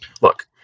look